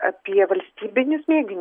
apie valstybinius mėginius